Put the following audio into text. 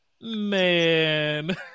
Man